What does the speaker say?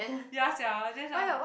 ya sia